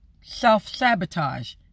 Self-sabotage